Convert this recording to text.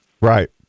Right